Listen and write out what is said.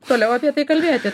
toliau apie tai kalbėti